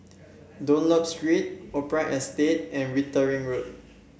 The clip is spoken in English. Dunlop Street Opera Estate and Wittering Road